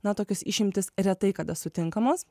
na tokios išimtys retai kada sutinkamos